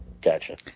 Gotcha